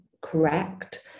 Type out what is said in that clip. correct